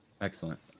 Excellent